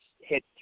hit